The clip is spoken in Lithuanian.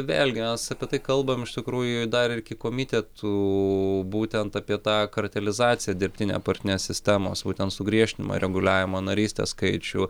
vėlgi mes apie tai kalbam iš tikrųjų dar ir iki komitetų būtent apie tą kartelizaciją dirbtinę partinės sistemos būtent sugriežtinimą reguliavimo narystės skaičių